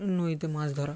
নদীতে মাছ ধরা